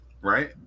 right